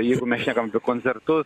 jeigu mes šnekam apie koncertus